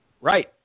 Right